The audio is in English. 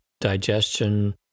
digestion